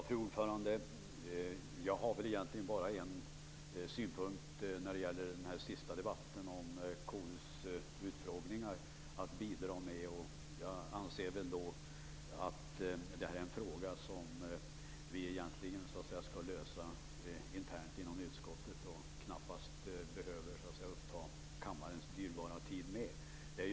Fru talman! Jag har bara en synpunkt att bidra med när det gäller den senaste debatten om KU:s utfrågningar. Jag anser att detta är en fråga som vi bör lösa internt inom utskottet i stället för att uppta kammarens dyrbara tid med det.